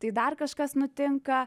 tai dar kažkas nutinka